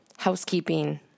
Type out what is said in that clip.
housekeeping